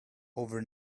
over